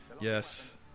Yes